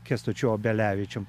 kęstučiu obelevičium